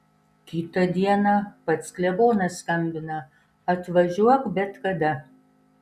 kitą dieną pats klebonas skambina atvažiuok bet kada